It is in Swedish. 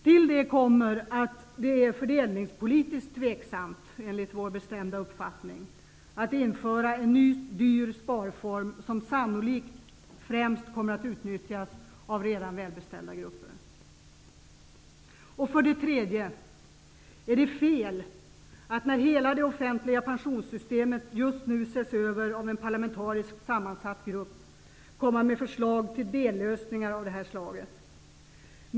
Enligt vår bestämda uppfattning är det fördelningspolitiskt tveksamt att införa en ny dyr sparform som sannolikt och främst kommer att utnyttjas av redan välbeställda grupper. För det tredje är det fel att när hela det offentliga pensionssystemet just nu ses över av en parlamentariskt sammansatt arbetsgrupp komma med förslag till dellösningar av det här slaget.